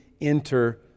enter